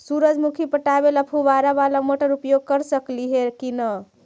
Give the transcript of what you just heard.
सुरजमुखी पटावे ल फुबारा बाला मोटर उपयोग कर सकली हे की न?